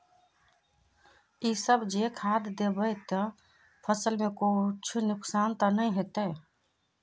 इ सब जे खाद दबे ते फसल में कुछ नुकसान ते नय ने होते